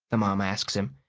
the mom asks him,